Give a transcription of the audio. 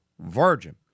Virgin